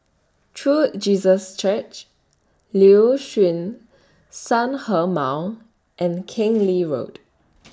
True Jesus Church Liuxun Sanhemiao and Keng Lee Road